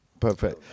perfect